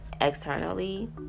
externally